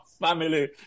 family